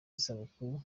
isabukuru